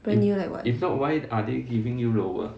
brand new like what